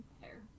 hair